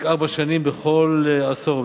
שנים בכל עשור.